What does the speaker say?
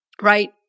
right